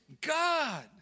God